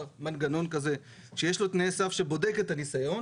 מנגנון כזה שיש לו תנאי סף שבודק את הניסיון,